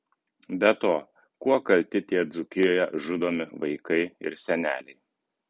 be to kuo kalti tie dzūkijoje žudomi vaikai ir seneliai